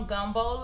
Gumbo